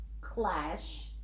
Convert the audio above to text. clash